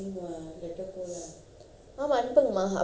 ஆமாம் அனுப்பனும்மா அப்போ ஸ்ருதி தாளம்:aamam anupunumma appo shruthi thaalam all